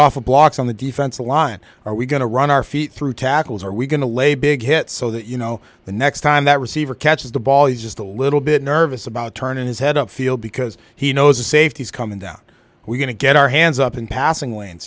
off of blocks on the defensive line or are we going to run our feet through tackles are we going to lay big hits so that you know the next time that receiver catches the ball he's just a little bit nervous about turning his head up field because he knows a safeties coming down we're going to get our hands up in passing lan